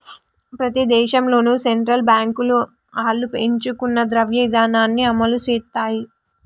ప్రతి దేశంలోనూ సెంట్రల్ బాంకులు ఆళ్లు ఎంచుకున్న ద్రవ్య ఇదానాన్ని అమలుసేత్తాయి